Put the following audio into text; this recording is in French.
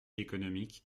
économique